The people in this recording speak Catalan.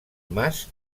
mas